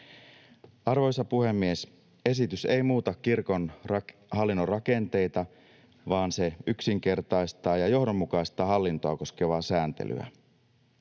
Arvoisa puhemies! Esitys ei muuta kirkon hallinnon rakenteita, vaan se yksinkertaistaa ja johdonmukaistaa hallintoa koskevaa sääntelyä.